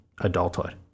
adulthood